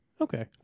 Okay